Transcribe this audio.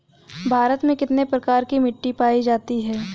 भारत में कितने प्रकार की मिट्टी पाई जाती हैं?